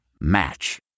Match